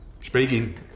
Speaking